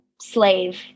slave